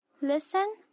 Listen